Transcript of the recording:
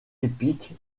épique